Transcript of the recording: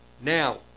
now